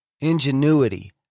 ingenuity